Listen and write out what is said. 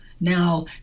Now